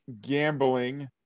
gambling